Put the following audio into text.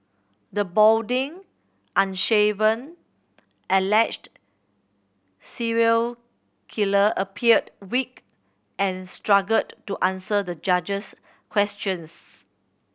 the balding unshaven alleged serial killer appeared weak and struggled to answer the judge's questions